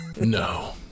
No